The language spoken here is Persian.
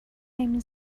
نمی